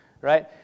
right